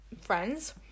friends